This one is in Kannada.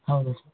ಹೌದು ಸರ್